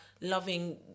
loving